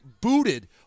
booted